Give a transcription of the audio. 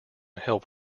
help